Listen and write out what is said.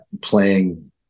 playing